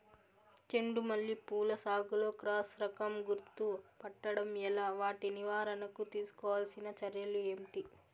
చెండు మల్లి పూల సాగులో క్రాస్ రకం గుర్తుపట్టడం ఎలా? వాటి నివారణకు తీసుకోవాల్సిన చర్యలు ఏంటి?